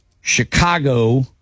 Chicago